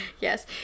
Yes